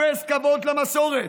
אפס כבוד למסורת.